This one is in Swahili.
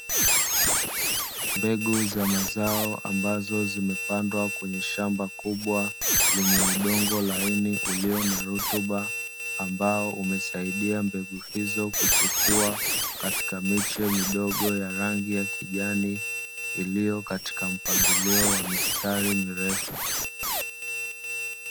Mbegu za mazao ambazo zimepandwa kwenye shamba kubwa lenye udongo laini ulio na rutuba, ambao umesaidia mbegu hizo kuchipua katika miche midogo ya rangi ya kijani iliyo katika mpangilio wa mistari mirefu.